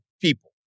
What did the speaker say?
people